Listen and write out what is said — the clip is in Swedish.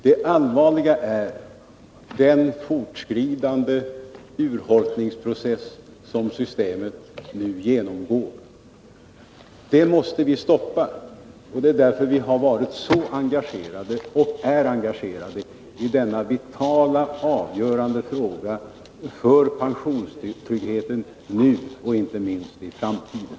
Det allvarliga är den fortskridande urholkningsprocess som systemet nu genomgår. Den processen måste vi stoppa. Det är också därför som vi socialdemokrater har varit och är så engagerade i denna vitala och avgörande fråga för pensionstryggheten nu och inte minst i framtiden.